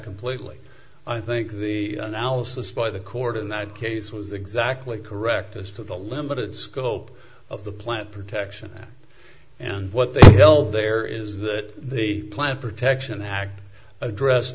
completely i think the analysis by the court in that case was exactly correct as to the limited scope of the plant protection and what the hell there is that the plant protection act addressed